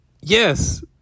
yes